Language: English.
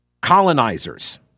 colonizers